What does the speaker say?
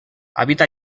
habita